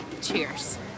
Cheers